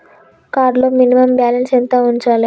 Card లో minimum balance ఎంత ఉంచాలే?